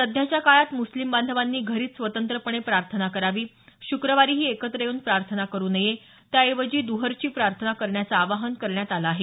सध्याच्या काळात मुस्लीम बांधवांनी घरीच स्वतंत्रपणे प्रार्थना करावी शुक्रवारीही एकत्र येऊन प्रार्थना करू नये त्याऐवजी दुहरची प्रार्थना करण्याचं आवाहन करण्यात आलं आहे